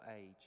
age